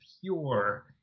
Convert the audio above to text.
pure